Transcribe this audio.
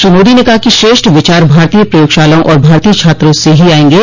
श्री मोदी ने कहा कि श्रेष्ठ विचार भारतीय प्रयोगशालाओं और भारतोय छात्रों से ही आएंगे